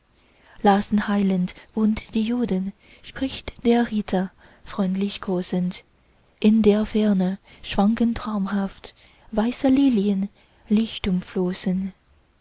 den heiland und die juden spricht der ritter freundlich kosend in der ferne schwanken traumhaft weiße lilien